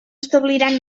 establiran